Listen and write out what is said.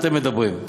אתם מדברים.